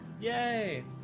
yay